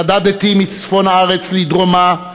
נדדתי מצפון הארץ לדרומה,